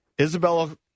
Isabella